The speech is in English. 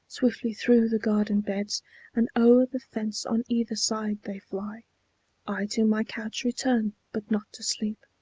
swiftly through the garden beds and o'er the fence on either side they fly i to my couch return, but not to sleep.